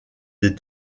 des